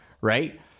right